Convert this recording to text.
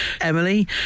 Emily